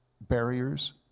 barriers